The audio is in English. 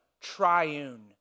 triune